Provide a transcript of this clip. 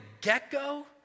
get-go